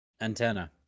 antenna